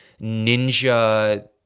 ninja